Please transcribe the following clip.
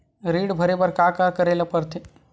ऋण भरे बर का का करे ला परथे?